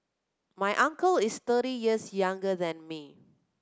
my uncle is thirty years younger than me